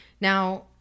Now